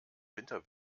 winter